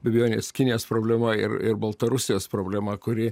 be abejonės kinijas problema ir ir baltarusijos problema kuri